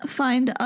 find